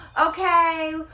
okay